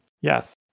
yes